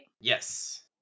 Yes